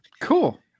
Cool